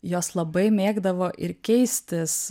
jos labai mėgdavo ir keistis